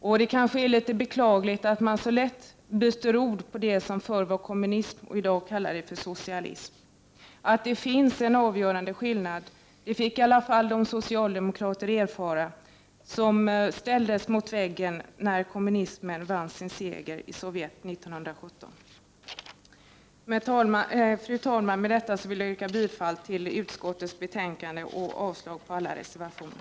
Det är kanske litet beklagligt att man så lätt byter beteckning på det som förr hette kommunism och i dag kallas för socialism. Att det finns en avgörande skillnad fick i alla fall de socialdemokrater erfara som ställdes mot väggen när kommunismen vann sin seger i Sovjet 1917. Fru talman! Med detta vill jag yrka bifall till hemställan i utskottets betänkande och avslag på samtliga reservationer.